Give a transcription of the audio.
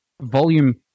volume